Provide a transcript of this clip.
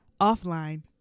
Offline